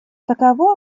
таково